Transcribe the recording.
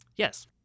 Yes